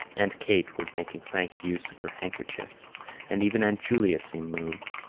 aunt kate was making frank use of her handkerchief and even aunt julia seemed moved.